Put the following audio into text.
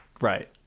Right